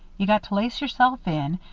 you got to lace yourself in,